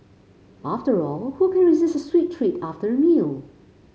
after all who can resist a sweet treat after a meal